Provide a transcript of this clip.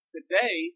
Today